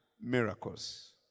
miracles